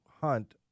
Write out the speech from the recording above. hunt